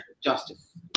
justice